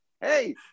hey